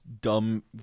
dumb